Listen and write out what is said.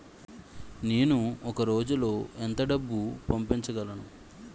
నేను ఒక రోజులో ఎంత డబ్బు పంపించగలను?